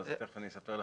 תיכף אני אספר לך,